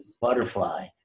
butterfly